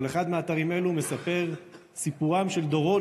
כל אחד מהאתרים האלה מספר את סיפורם של דורות